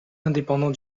indépendant